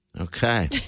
Okay